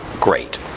great